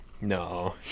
No